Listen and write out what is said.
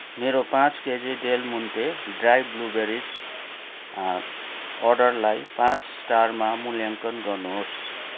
मेरो पाँच KG Del Monte dry blueberry अर्डरलाई पाँच स्टारमा मूल्याङ्कन गर्नुहोस्